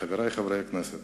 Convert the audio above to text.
חברי חברי הכנסת,